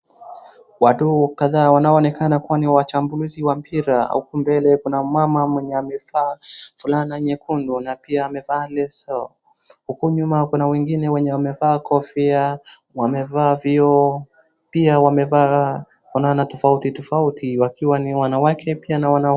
Watu kadhaa wanaoonekana kuwa ni wachambuzi wa mpira, huku mbele kuna mama mwenye amevaa fulana nyekundu na pia amevaa leso. Huku nyuma kuna wengine wenye wamevaa kofia, wame vioo, pia wamevaa fulana tofauti tofauti wakiwa ni wanawake pia na wanaume.